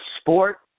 sport